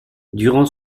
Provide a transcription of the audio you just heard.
durant